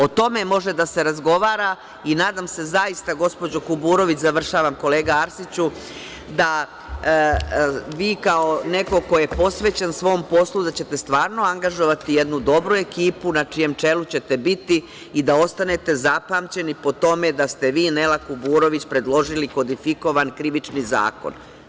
O tome može da se razgovara i nadam se zaista, gospođo Kuburović, završavam, kolega Arsiću, da ćete vi, kao neko ko je posvećen svom poslu, stvarno angažovati jednu dobru ekipu na čijem čelu ćete biti i da ostanete zapamćeni po tome da ste vi, Nela Kuburović, predložili kodifikovan Krivični zakon.